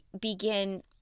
begin